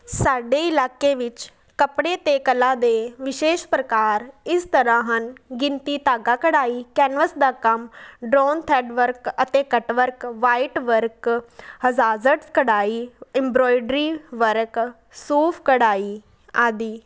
ਸਾਡੇ ਇਲਾਕੇ ਵਿੱਚ ਕੱਪੜੇ ਅਤੇ ਕਲਾ ਦੇ ਵਿਸ਼ੇਸ਼ ਪ੍ਰਕਾਰ ਇਸ ਤਰ੍ਹਾਂ ਹਨ ਗਿਣਤੀ ਧਾਗਾ ਕਢਾਈ ਕੈਨਵਸ ਦਾ ਕੰਮ ਡਰੋਨ ਥਰੈਡ ਵਰਕ ਅਤੇ ਕਟਵਰਕ ਵਾਈਟਵਰਕ ਹਜ਼ਾਜ਼ਟ ਕਢਾਈ ਇੰਬੋਂਰਾਇਡਰੀ ਵਰਕ ਸੂਫ ਕਢਾਈ ਆਦਿ